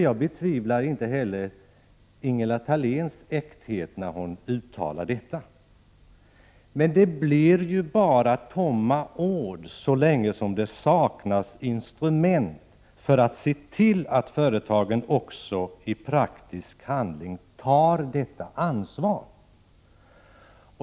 Jag betvivlar inte äktheten i Ingela Thaléns engagemang när hon uttalar detta. Men det blir ju bara tomma ord, så länge det saknas instrument för att se till att företagen också i praktisk handling verkligen tar detta ansvar.